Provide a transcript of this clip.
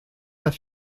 pas